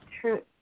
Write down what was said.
true